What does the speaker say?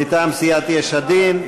מטעם סיעת יש עתיד,